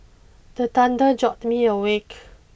the thunder jolt me awake